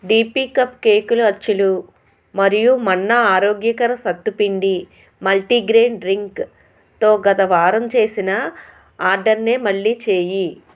DP cup కేకుల అచ్చులు మరియు మన్నా ఆరోగ్యకర సత్తు పిండి మల్టీగ్రెయిన్ డ్రింక్తో గత వారం చేసిన ఆర్డర్నే మళ్ళీ చేయి